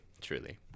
truly